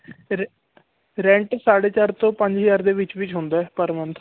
ਰ ਰੈਂਟ ਸਾਢੇ ਚਾਰ ਤੋਂ ਪੰਜ ਹਜ਼ਾਰ ਦੇ ਵਿੱਚ ਵਿੱਚ ਹੁੰਦਾ ਪਰ ਮੰਨਥ